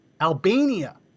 albania